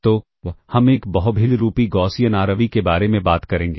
तो हम एक बहुभिन्नरूपी गौसियन आरवी के बारे में बात करेंगे